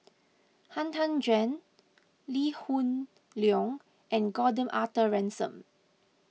Han Tan Juan Lee Hoon Leong and Gordon Arthur Ransome